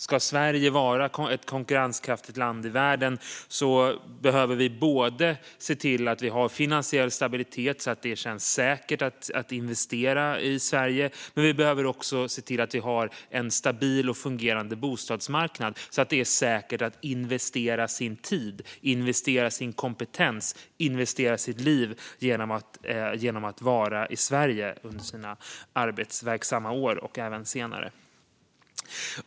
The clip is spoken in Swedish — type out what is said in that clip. Ska Sverige vara ett konkurrenskraftigt land i världen behöver vi se till att ha finansiell stabilitet så att det känns säkert att investera i Sverige och samtidigt ha en stabil och fungerande bostadsmarknad så att det är säkert att investera sin tid, sin kompetens och sitt liv genom att vara i Sverige under sina arbetsverksamma år och även senare.